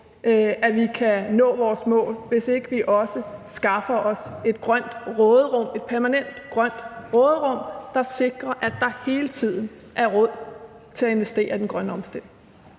at vi kan nå vores mål, hvis ikke vi også skaffer os et permanent grønt råderum, der sikrer, at der hele tiden er råd til at investere i den grønne omstilling.